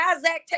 Zach